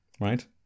right